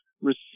receive